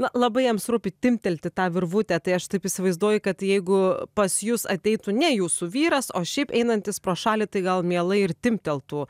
na labai jiems rūpi timptelti tą virvutę tai aš taip įsivaizduoju kad jeigu pas jus ateitų ne jūsų vyras o šiaip einantys pro šalį tai gal mielai ir timpteltų